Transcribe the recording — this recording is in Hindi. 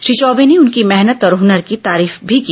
श्री चौबे ने उनकी मेहनत और हनर की तारीफ भी की